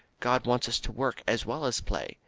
god wants us to work as well as play,